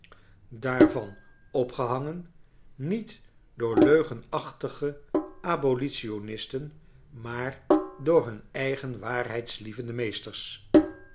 daarvan opgehangen niet door leugenachtige abolitionisten maar door hun eigen waarheidslievende meesters